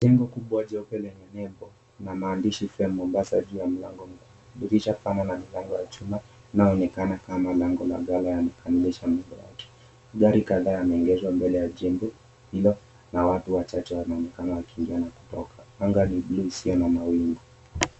Jengo kubwa jeupe limewekwa na mahandishi vya Mombasa juu ya mlango. Dirisha pana na milango ya chuma inayoonekana kama lango la gala inqyokamilisha muundo wake. Gari kadhaa limeegeshwa mbele ya jengo lililo na watu wachache, wanaonekana wakiingia na kutoka. Anga ni buluu isiyo na mawingu.